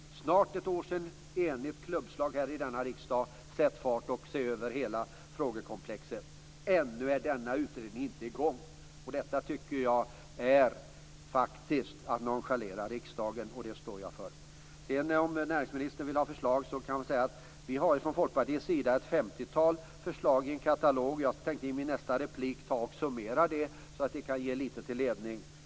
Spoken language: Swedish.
Det är snart ett år sedan det blev ett enigt klubbslag i denna riksdag om att sätta fart och se över hela frågekomplexet. Ännu är denna utredning inte i gång. Detta tycker jag faktiskt är att nonchalera riksdagen, och det står jag för. Om näringsministern vill ha förslag kan jag tala om att vi har från Folkpartiets sida ett 50-tal förslag i en katalog. Jag tänkte summera dem i nästa replik, så att det kan ge lite ledning.